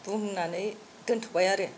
बुंनानै दोन्थ'बाय आरो